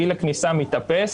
גיל הכניסה מתאפס